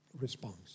response